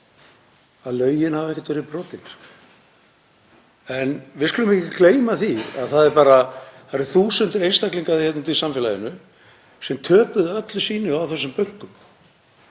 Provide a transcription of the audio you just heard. að lögin hafi ekkert verið brotin. Við skulum ekki gleyma því að það eru þúsundir einstaklinga úti í samfélaginu sem töpuðu öllu sínu á þessum bönkum.